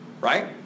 Right